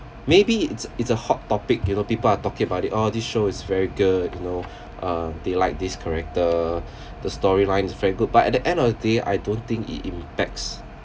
maybe it's it's a hot topic you know people are talking about it oh this show is very good you know uh they like this character the storyline is very good but at the end of the day I don't think it impacts